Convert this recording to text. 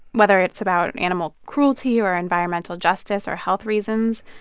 whether it's about and animal cruelty or environmental justice or health reasons,